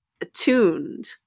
attuned